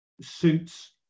suits